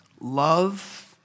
love